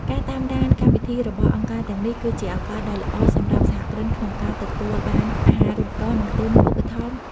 ការតាមដានកម្មវិធីរបស់អង្គការទាំងនេះ គឺជាឱកាសដ៏ល្អសម្រាប់សហគ្រិនក្នុងការទទួលបាន "អាហារូបករណ៍ និងទុនឧបត្ថម្ភ"។